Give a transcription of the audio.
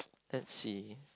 let's see